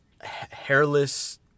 hairless